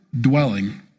dwelling